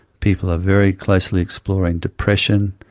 people are very closely exploring depression,